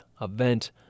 event